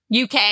UK